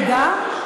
ועדת המדע.